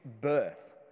birth